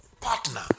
Partner